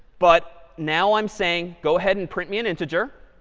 but now i'm saying, go ahead and print me an integer.